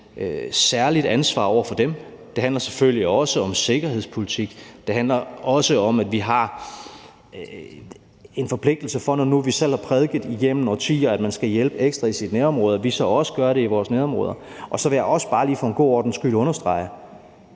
særligt ansvar over for dem, og det handler selvfølgelig også om sikkerhedspolitik. Det handler også om, når nu vi selv igennem årtier har prædiket, at man skal hjælpe ekstra i sit nærområde, at vi så også har en forpligtelse til at gøre det i vores nærområder. Så vil jeg bare lige for en god ordens skyld understrege,